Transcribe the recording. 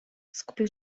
skupił